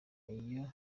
iyo